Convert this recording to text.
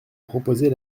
proposer